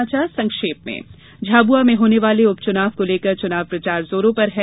कुछ समाचार संक्षेप में झाबुआ में होने वाले उप चुनाव को लेकर चुनाव प्रचार जोरों पर है